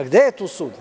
Gde je tu sud?